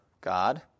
God